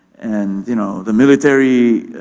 and you know the military